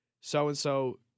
So-and-so